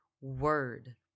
word